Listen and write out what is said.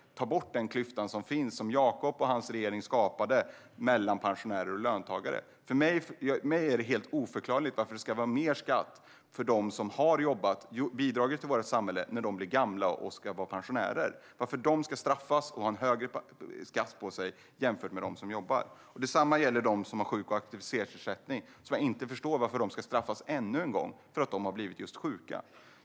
Vi tar bort den klyfta som finns mellan pensionärer och löntagare, som Jakob och hans regering skapade. För mig är det helt obegripligt att de som har jobbat och bidragit till vårt samhälle ska ha högre skatt när de blir gamla och ska vara pensionärer. För mig är det obegripligt att de ska straffas och få högre skatt jämfört med dem som jobbar. Detsamma gäller dem som har sjuk och aktivitetsersättning. Jag förstår inte varför de ska straffas ännu en gång för att de har blivit sjuka.